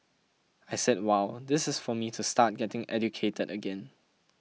I said wow this is for me to start getting educated again